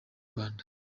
rwanda